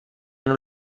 non